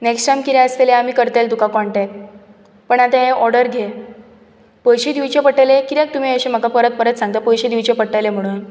next time कितें आसतलें आमी करतली तुकां काँटेक्ट पण आता हे ऑर्डर घे पयशे दिवचे पडटले कित्याक तुमी अशें म्हाका परत परत सांगता पयशे दिवचे पडटले म्हणून